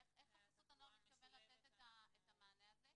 איך חסות הנוער מתכוון לתת את המענה הזה.